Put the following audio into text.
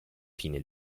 fine